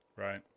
Right